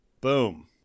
boom